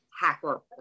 hacker